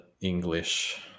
English